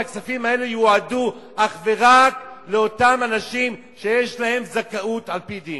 ייועדו אך ורק לאותם אנשים שיש להם זכאות על-פי דין.